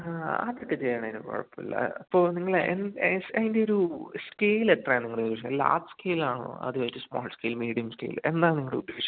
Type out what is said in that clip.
അതൊക്കെ ചെയ്യുന്നതിന് കുഴപ്പമില്ല ഇപ്പോള് നിങ്ങള് ഏകദേശം അതിൻ്റെയൊരു സ്കെയിലെത്രയാണ് നിങ്ങള് ലാർജ് സ്കെയിലാണോ അതോ ഒരു സ്മോൾ സ്കെയിൽ മീഡിയം സ്കെയിൽ എന്താണ് നിങ്ങളുദ്ദേശിക്കുന്നത്